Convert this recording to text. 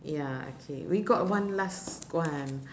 ya okay we got one last one